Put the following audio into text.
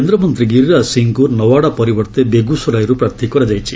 କେନ୍ଦ୍ରମନ୍ତୀ ଗିରିରାଜ ସିଂଙ୍କୁ ନୱାଡ଼ା ପରିବର୍ତ୍ତେ ବେଗୁସରାଇରୁ ପ୍ରାର୍ଥୀ କରାଯାଇଛି